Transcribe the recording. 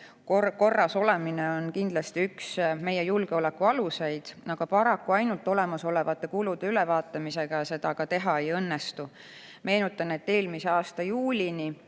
korras olemine on kindlasti üks meie julgeoleku aluseid. Paraku ainult olemasolevate kulude ülevaatamisega seda teha ei õnnestu. Meenutan, et eelmise aasta juulini